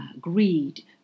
greed